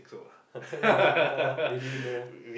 ya football really no